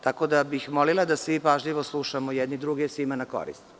Tako da bih molila da svi pažljivo slušamo jedni druge, svima nama koristi.